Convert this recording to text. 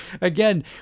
again